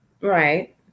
Right